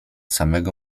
samego